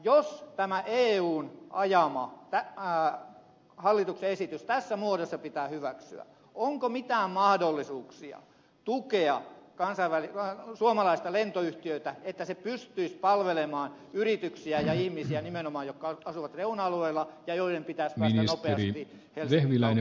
jos tämä eun ajama hallituksen esitys tässä muodossa pitää hyväksyä onko mitään mahdollisuuksia tukea suomalaista lentoyhtiötä että se pystyisi palvelemaan nimenomaan yrityksiä ja ihmisiä jotka asuvat reuna alueilla ja joiden pitäisi päästä nopeasti helsingin kautta ulkomaille